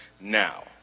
now